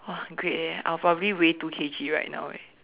!wah! great eh I will probably weigh two K_G right now eh